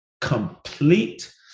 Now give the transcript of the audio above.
complete